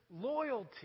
loyalty